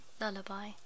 lullaby